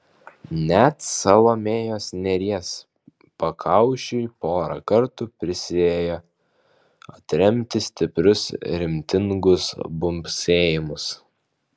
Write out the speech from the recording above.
net salomėjos nėries pakaušiui porą kartų prisiėjo atremti stiprius ritmingus bumbsėjimus